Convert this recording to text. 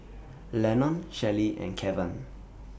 Lenon Shelly and Kevan